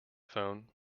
phone